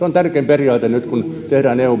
on tärkein periaate nyt kun tehdään eun